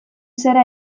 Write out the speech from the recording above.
zara